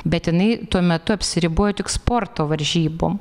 bet jinai tuo metu apsiribojo tik sporto varžybom